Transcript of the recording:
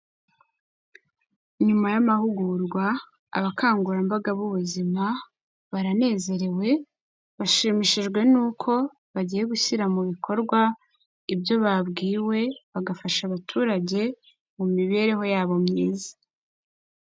Nyuma y'amahugurwa, abakangurambaga b'ubuzima baranezerewe bashimishijwe n'uko bagiye gushyira mu bikorwa ibyo babwiwe, bagafasha abaturage mu mibereho yabo myiza.